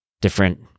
different